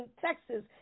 Texas